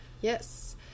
Yes